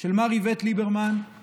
של שר האוצר מר איווט ליברמן פשוט